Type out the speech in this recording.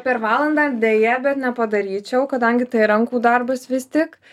per valandą deja bet nepadaryčiau kadangi tai rankų darbas vis tik